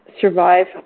survive